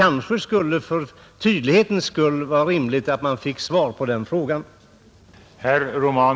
För tydlighetens skull är det rimligt att vi får ett svar på den frågan.